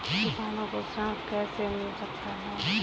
किसानों को ऋण कैसे मिल सकता है?